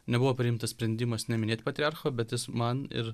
nebuvo priimtas sprendimas neminėt patriarcho bet jis man ir